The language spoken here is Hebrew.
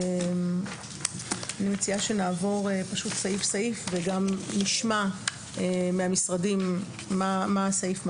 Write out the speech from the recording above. אני מציעה שנעבור סעיף סעיף ונשמע מהמשרדים מה הסעיף מסדיר,